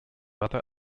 other